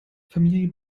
familie